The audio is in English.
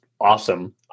awesome